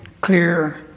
clear